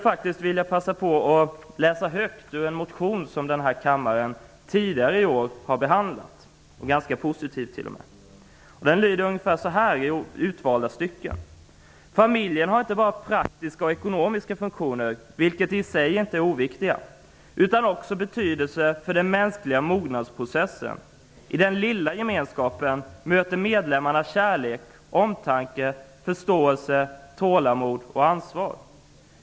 Jag vill passa på att läsa högt ur en motion som kammaren har behandlat tidigare i år, och ganska positivt t.o.m. Den lyder så här i utvalda stycken: ''Familjen har inte bara praktiska och ekonomiska funktioner, vilka i sig inte är oviktiga, utan också betydelse för den mänskliga mognadsprocessen. I den lilla gemenskapen möter medlemmarna kärlek, omtanke, förståelse, tålamod och ansvar.